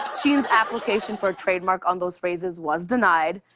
sheen's application for a trademark on those phrases was denied.